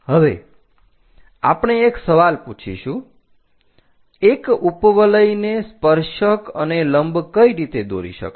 હવે આપણે એક સવાલ પૂછીશું એક ઉપવલયને સ્પર્શક અને લંબ કઈ રીતે દોરી શકાય